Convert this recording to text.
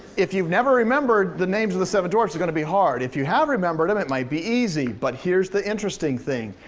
if you've never remembered, the names of the seven dwarfs is gonna be hard. if you have remembered em, it might be easy, but here's the interesting thing.